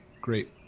great